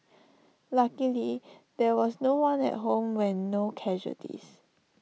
luckily there was no one at home when no casualties